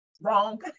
Wrong